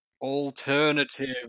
Alternative